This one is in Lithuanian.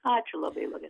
ačiū labai loreta